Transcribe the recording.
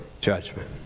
judgment